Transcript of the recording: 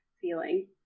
feeling